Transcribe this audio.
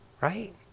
right